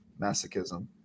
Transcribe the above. masochism